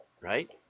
right